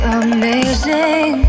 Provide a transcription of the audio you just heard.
amazing